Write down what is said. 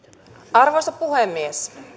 arvoisa puhemies